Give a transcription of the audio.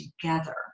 together